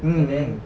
mm mm